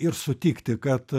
ir sutikti kad